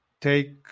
take